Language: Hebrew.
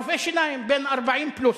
רופא שיניים בן 40 פלוס.